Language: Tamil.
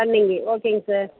ரன்னிங்கி ஓகேங்க சார்